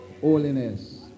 holiness